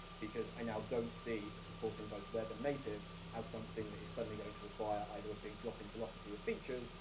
because i now don't see supporting both web and native as something that is suddenly going to require either a big drop in velocity of features,